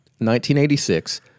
1986